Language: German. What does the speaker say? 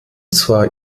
zwar